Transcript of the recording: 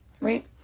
right